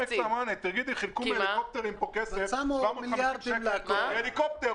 חילקו פה כסף עם הליקופטרים,